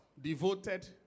devoted